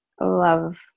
love